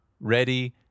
Ready